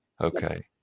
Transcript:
Okay